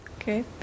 Okay